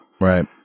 Right